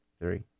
three